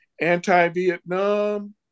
anti-Vietnam